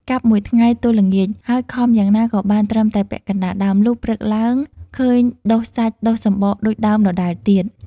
កាប់មួយថ្ងៃទល់ល្ងាច ដោយខំយ៉ាងណាក៏បានត្រឹមតែពាក់កណ្តាលដើម លុះព្រឹកឡើងឃើញដុះសាច់ដុះសំបកដូចដើមដដែលទៀត ។